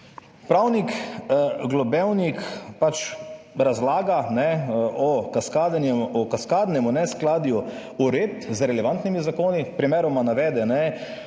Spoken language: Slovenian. Pravnik Globevnik pač razlaga o kaskadnem neskladju uredb z relevantnimi zakoni. Primeroma navede,